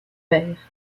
père